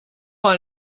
mal